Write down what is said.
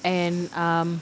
and um